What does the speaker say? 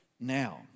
now